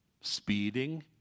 Speeding